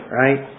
right